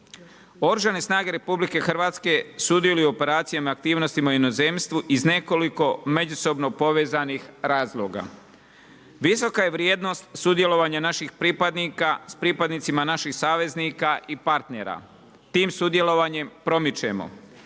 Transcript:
Oružane RH sudjeluju u operacijama i aktivnostima u inozemstvu iz nekoliko međusobno povezanih razloga. Visoka je vrijednost sudjelovanja naših pripadnika s pripadnicima naših saveznika i partnera. Tim sudjelovanjem promičemo